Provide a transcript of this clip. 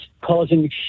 causing